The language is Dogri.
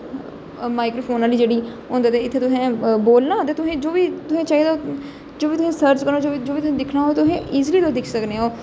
माइकरोफोन आहली जेहडी होंदा ते इत्थै तुसें बोलना ते तुसें जो बी चाहिदा होग जो बी तुसें सर्च करना होग जो बी तुसें दिक्खना होग तुसें ईजली तुस दिक्खी सकने ओ